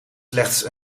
slechts